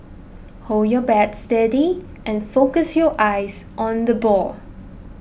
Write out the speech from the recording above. hold your bat steady and focus your eyes on the ball